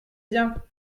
bien